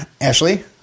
Ashley